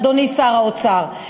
אדוני שר האוצר.